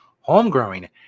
home-growing